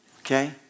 Okay